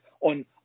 on